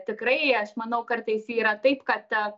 tikrai aš manau kartais yra taip kad